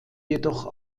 jedoch